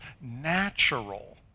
natural